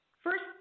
First